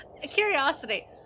Curiosity